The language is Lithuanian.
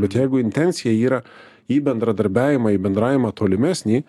bet jeigu intencija yra į bendradarbiavimą į bendravimą tolimesnį